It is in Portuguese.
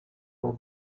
com